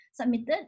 submitted